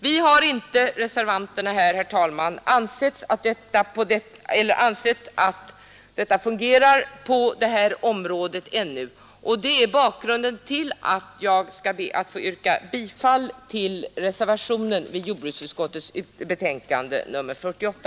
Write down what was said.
Vi reservanter anser att det ännu inte finns någon fungerande ordning på det här området, och det är bakgrunden till att jag nu ber att få yrka bifall till reservationen vid jordbruksutskottets betänkande nr 48.